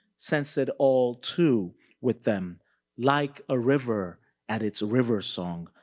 sense it all too with them like a river at its river song,